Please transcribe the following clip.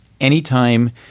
anytime